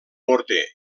morter